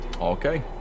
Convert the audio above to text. okay